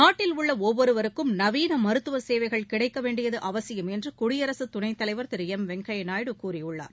நாட்டில் உள்ள ஒவ்வொருவருக்கும் நவீன மருத்துவ சேவைகள் கிடைக்க வேண்டியது அவசியம் என்று குடியரசுத் துணைத் தலைவர் திரு எம் வெங்கையா நாயுடு கூறியுள்ளார்